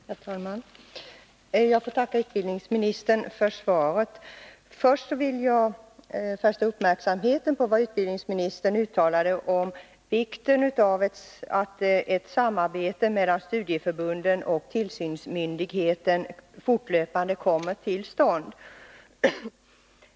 Herr talman! Jag får tacka utbildningsministern för svaret. För det första vill jag fästa uppmärksamheten på vad utbildningsministern uttalade om vikten av att ett samarbete mellan studieförbunden och tillsynsmyndigheten fortlöpande pågår.